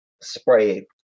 spray